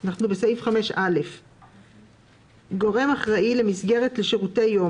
5. גורם אחראי למסגרת לשירותי יום